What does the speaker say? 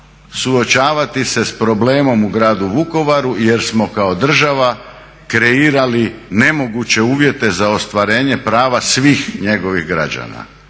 suočavati se sa problemom u Gradu Vukovaru jer smo kao država kreirali nemoguće uvjete za ostvarenje prava svih njegovih građana.